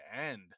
end